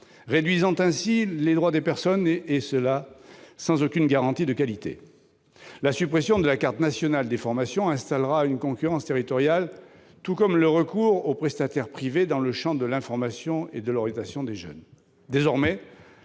réduisant ainsi les droits des personnes, et ce sans aucune garantie de qualité. La suppression de la carte nationale des formations entraînera une concurrence territoriale, tout comme le recours aux prestataires privés dans le champ de l'information et de l'orientation des jeunes.